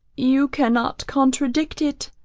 you cannot contradict it,